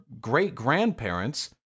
great-grandparents